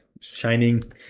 shining